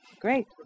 Great